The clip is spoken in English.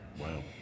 Wow